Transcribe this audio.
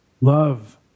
love